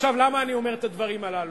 עכשיו, למה אני אומר את הדברים הללו?